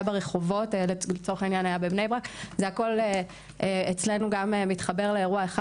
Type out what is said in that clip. ברחובות ולצורך העניין היה בבני ברק זה הכול מתחבר אצלנו לאירוע אחד.